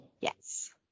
yes